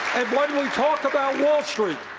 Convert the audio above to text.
and when we talk about wall street,